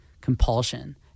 compulsion